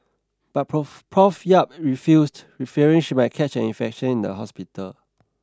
but Prof Prof Yap refused fearing she might catch an infection in the hospital